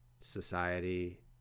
society